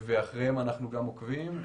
ואחריהם אנחנו גם עוקבים.